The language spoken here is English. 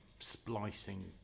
splicing